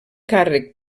càrrec